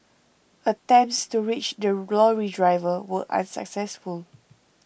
attempts to reach the glory driver were unsuccessful